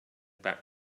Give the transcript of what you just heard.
back